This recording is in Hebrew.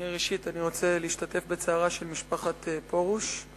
ראשית, אני רוצה להשתתף בצערה של משפחת פרוש.